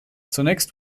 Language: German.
zunächst